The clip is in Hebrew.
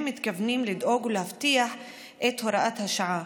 מתכוונים לדאוג ולהבטיח את הוראת השעה,